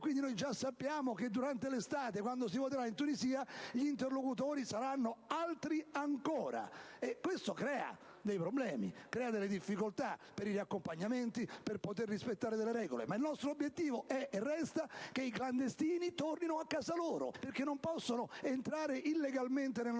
Quindi, già sappiamo che durante l'estate, quando si voterà in Tunisia, gli interlocutori saranno altri ancora. Tutto questo crea problemi e difficoltà per i riaccompagnamenti e per il rispetto delle regole. Ma il nostro obiettivo è e resta che i clandestini tornino a casa loro, perché non possono entrare illegalmente nel nostro Paese.